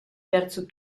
terzo